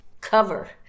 cover